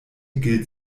gilt